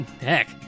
heck